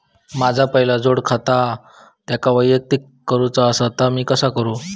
माझा पहिला जोडखाता आसा त्याका वैयक्तिक करूचा असा ता मी कसा करू?